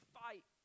fight